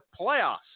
playoffs